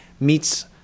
meets